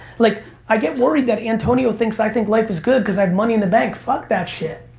like i get worried that antonio thinks i think life is good cause i have money in the bank, fuck that shit.